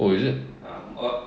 oh is it